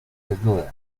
desnuda